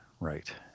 Right